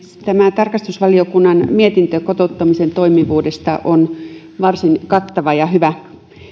tarkastusvaliokunnan mietintö kotouttamisen toimivuudesta on varsin kattava ja hyvä